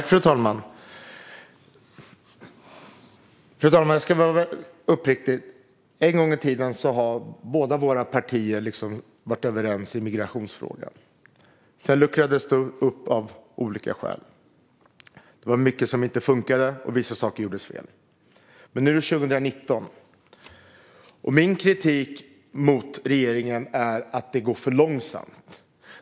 Fru talman! Jag ska vara uppriktig. En gång i tiden var båda våra partier överens i migrationsfrågan. Sedan luckrades det upp av olika skäl. Det var mycket som inte funkade, och vissa saker gjordes fel. Men nu är det 2019. Min kritik mot regeringen är att det går för långsamt.